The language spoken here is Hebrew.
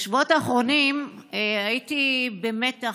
בשבועות האחרונים הייתי במתח,